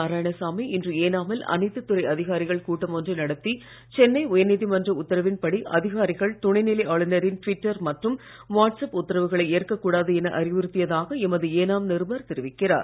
நாராயணசாமி இன்று ஏனாமில் அனைத்து துறை அதிகாரிகளின் கூட்டம் ஒன்றை நடத்தி சென்னை உயர் நீதிமன்ற உத்தரவின்படி அதிகாரிகள் துணைநிலை ஆளுநரின் ட்விட்டர் மற்றும் வாட்ஸ் அப் உத்தரவுகளை ஏற்கக்கூடாது என அறிவுறுத்தியதாக எமது ஏனாம் நிருபர் தெரிவிக்கிறார்